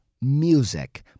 music